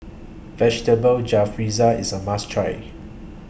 Vegetable Jalfrezi IS A must Try